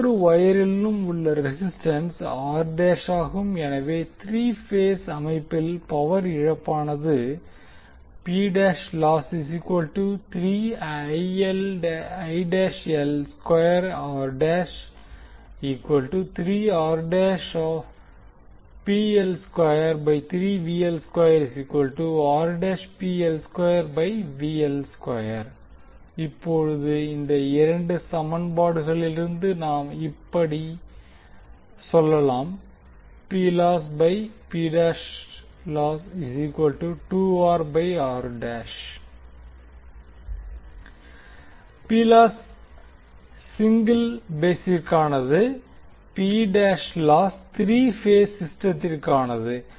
ஒவ்வொரு வொயரிலிம் உள்ள ரெசிஸ்டன்ஸ் ஆகும் எனவே த்ரீ பேஸ் அமைப்பில் பவர் இழப்பானது இப்போது இந்த இரண்டு சமன்பாடுகளிலிருந்து நாம் இப்படி சொல்லலாம் சிங்கிள் பேசிற்கானது த்ரீ பேஸ் சிஸ்டத்திற்கானது